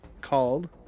Called